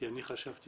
חשבתי